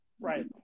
Right